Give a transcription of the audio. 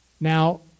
Now